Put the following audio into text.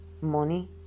money